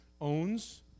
owns